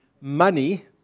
Money